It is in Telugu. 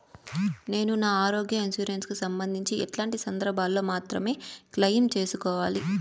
నేను నా ఆరోగ్య ఇన్సూరెన్సు కు సంబంధించి ఎట్లాంటి సందర్భాల్లో మాత్రమే క్లెయిమ్ సేసుకోవాలి?